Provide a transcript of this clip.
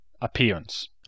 appearance